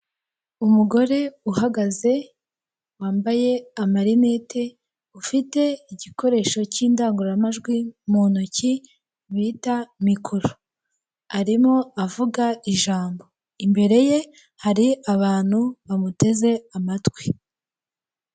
Umugore uhagaze wambaye amarinete ufite igikoresho k' indangururamajwi mu ntoki bita micro, arimo avuga ijambo imbere ye hari abantu bamuteze amatwi.